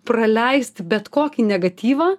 praleisti bet kokį negatyvą